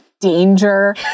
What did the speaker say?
danger